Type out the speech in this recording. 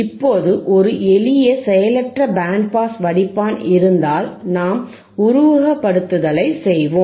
இப்போது ஒரு எளிய செயலற்ற பேண்ட் பாஸ் வடிப்பான் இருந்தால் நாம் உருவகப்படுத்துதலை செய்வோம்